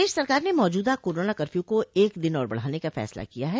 प्रदेश सरकार ने मौजूदा कोरोना कर्फ्यू को एक दिन और बढाने का फैसला किया है